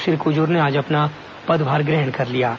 श्री क्जूर ने आज अपना पदभार ग्रहण कर लिया है